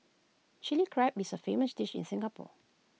Chilli Crab is A famous dish in Singapore